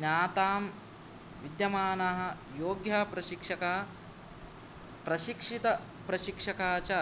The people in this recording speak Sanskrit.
ज्ञातां विद्यामानः योग्यः प्रशिक्षकः प्रशिक्षितप्रशिक्षका च